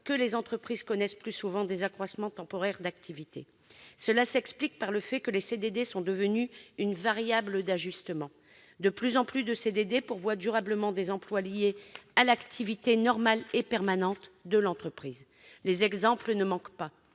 que les entreprises connaissent plus souvent des accroissements temporaires d'activité, mais parce que ces contrats sont devenus une variable d'ajustement. De plus en plus de CDD pourvoient durablement des emplois liés à l'activité normale et permanente de l'entreprise. Les exemples ne manquent pas.